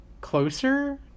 closer